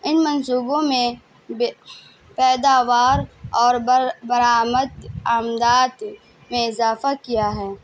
ان منصوبوں میں بے پیداوار اور بر برآمد آمدات میں اضافہ کیا ہے